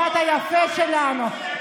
הדת היפה שלנו,